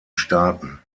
staaten